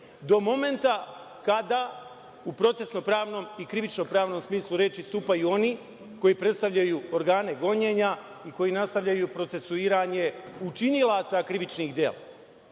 do momenta kada u procesnopravnom i krivičnopravnom smislu reči stupaju oni koji predstavljaju organe gonjenja i koji nastavljaju procesuiranje učinilaca krivičnih dela.